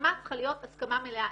הסכמה צריכה להיות הסכמה מלאה.